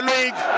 League